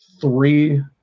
three